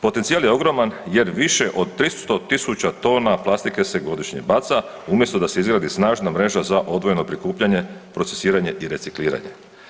Potencijal je ogroman jer više od 300 tisuća tona plastike se godišnje baca, umjesto da se izgradi snažna mreža za odvojeno prikupljanje, procesiranje i recikliranje.